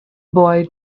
boy